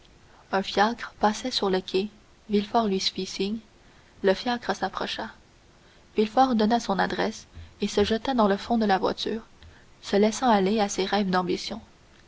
un fiacre passait sur le quai villefort lui fit un signe le fiacre s'approcha villefort donna son adresse et se jeta dans le fond de la voiture se laissant aller à ses rêves d'ambition